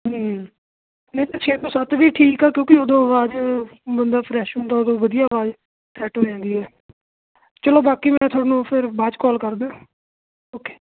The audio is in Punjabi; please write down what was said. ਨਹੀਂ ਤਾਂ ਛੇ ਤੋਂ ਸੱਤ ਵੀ ਠੀਕ ਆ ਕਿਉਂਕਿ ਉਦੋਂ ਆਵਾਜ਼ ਬੰਦਾ ਫਰੈਸ਼ ਹੁੰਦਾ ਉਦੋਂ ਵਧੀਆ ਆਵਾਜ਼ ਸੈੱਟ ਹੋ ਜਾਂਦੀ ਹੈ ਚਲੋ ਬਾਕੀ ਮੈਂ ਤੁਹਾਨੂੰ ਫਿਰ ਬਾਅਦ 'ਚ ਕੋਲ ਕਰਦਾ ਓਕੇ